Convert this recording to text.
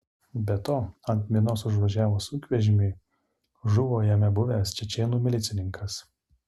be to ant minos užvažiavus sunkvežimiui žuvo jame buvęs čečėnų milicininkas